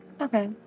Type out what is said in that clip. Okay